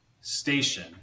station